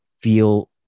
feel